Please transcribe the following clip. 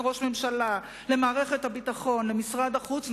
ראש ממשלה למערכת הביטחון ולמשרד החוץ,